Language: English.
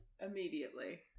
Immediately